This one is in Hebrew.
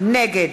נגד